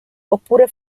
oppure